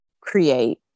create